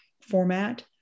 format